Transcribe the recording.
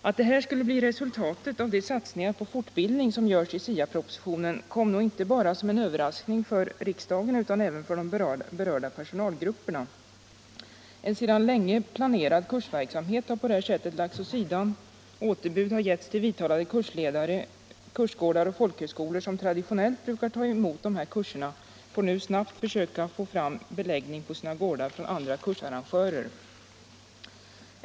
Att detta skulle bli resultatet av de satsningar på fortbildning som görs i SIA-propositionen kom som en överraskning inte bara för riksdagen utan även för de berörda personalgrupperna. En sedan länge planerad kursverksamhet har på detta sätt lagis åt sidan. Äterbud har lämnats till vidtalade kursledare. Kursgårdar och folkhögskolor. som traditionellt brukar ta emot de här kurserna, får nu snabbt försöka få fram beläggning på sina gårdar från andra kursarrangörer.